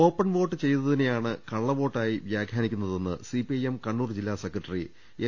open vote ചെയ്തതിനെയാണ് കള്ളവോട്ടായി വ്യാഖ്യാനിക്കു ന്നതെന്ന് സിപിഐഎം കണ്ണൂർ ജില്ലാ സെക്രട്ടറി എം